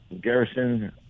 Garrison